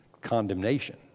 condemnation